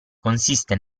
consiste